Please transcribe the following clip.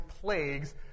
plagues